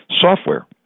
software